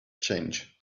change